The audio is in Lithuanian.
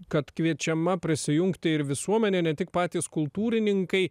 kad kviečiama prisijungti ir visuomenė ne tik patys kultūrininkai